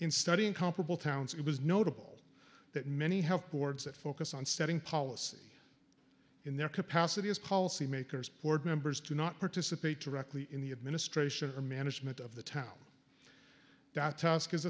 in studying comparable towns it was notable that many have boards that focus on setting policy in their capacity as coliseum makers board members to not participate directly in the administration or management of the town that task is